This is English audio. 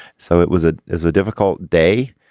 so it was it is a difficult day.